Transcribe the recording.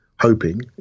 hoping